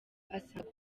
asanga